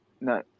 No